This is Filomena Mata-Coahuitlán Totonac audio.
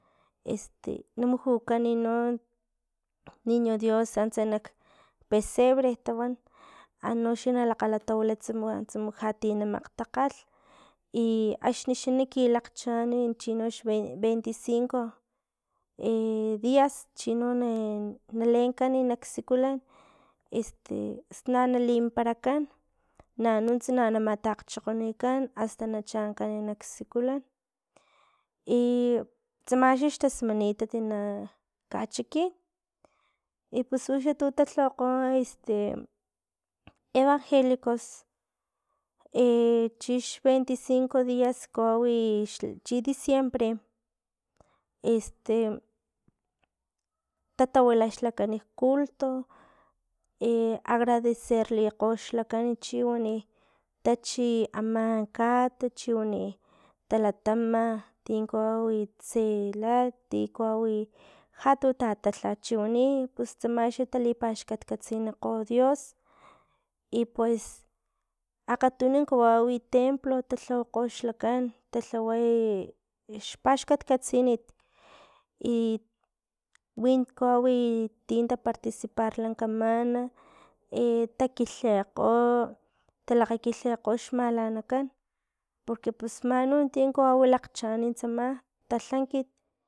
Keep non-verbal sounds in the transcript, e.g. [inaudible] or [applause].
[hesitation] na mujukan no niño dios antsa nak pesebre tawan anoxa nalatawila tsama tsumujat ti namakgtakgalh iaxni xa naki kagchaan chino xa veinticinco [hesitation] dias chino na- nalenkan nak sikulan este pus na nalimimparakan nanuntsa na matakgchokgonankan asta na chankan nak sikulan i tsama xa xtasmanitat na kachikin i pus u tu talhawakgo [hesitation] evangelicos [hesitation] chix veinticinco dias kawau i xli chi diciembre, [hesitation] tatawila xlakan kculto e agradecerlekgokan chiwani tachi ama kat, tachiwani talatama, tin kawawi i tse lalh, ti kawawi jatu tatatla chiwani, pus tsama xa talipaxkatkatsinilgo dios i pues akgatunukawau templo ta lhawakgo xlakan talhawakgo [hesitation] xpaxkatkatsini [hesitation] winti kawawi tin taparticiparlan kaman e takilhikgo talakakilhikgo xmalanakan porque pus manu tin kawau lakgchaan tsama talhankit